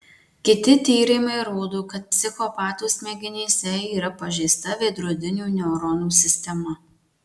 kiti tyrimai rodo kad psichopatų smegenyse yra pažeista veidrodinių neuronų sistema